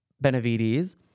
Benavides